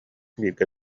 бииргэ